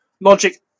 Logic